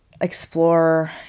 explore